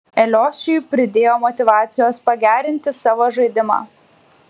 eliošiui pridėjo motyvacijos pagerinti savo žaidimą